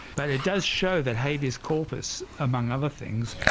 but it does show that habeas corpus, among other things,